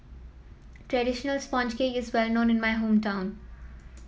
traditional sponge cake is well known in my hometown